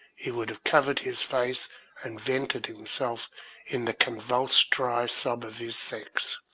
he would have covered his face and vented himself in the convulsed dry sob of his sex,